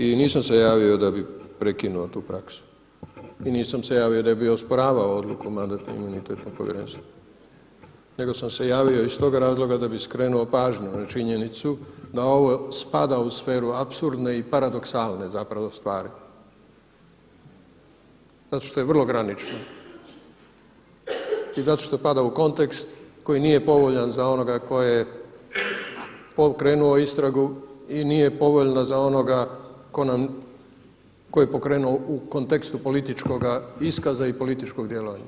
I nisam se javio da bi prekinuo tu praksu, i nisam se javio da bi osporavao odluku Mandatno-imunitetnog povjerenstva nego sam se javio iz tog razloga da bi skrenuo pažnju na činjenicu da ovo spada u sferu apsurdne i paradoksalne zapravo stvari zato što je vrlo granično i zato što pada u kontekst koji nije povoljan za onoga tko je pokrenuo istragu i nije povoljna za onoga tko nam, koji je pokrenuo u kontekstu političkoga iskaza i političkog djelovanja.